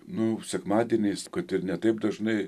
nu sekmadieniais kad ir ne taip dažnai